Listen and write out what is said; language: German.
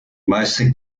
meiste